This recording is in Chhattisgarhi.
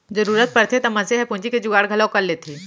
जरूरत परथे त मनसे हर पूंजी के जुगाड़ घलौ कर लेथे